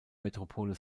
metropole